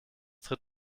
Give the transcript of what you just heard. tritt